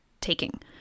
taking